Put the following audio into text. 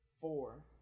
Four